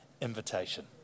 invitation